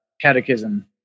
catechism